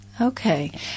Okay